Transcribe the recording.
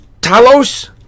talos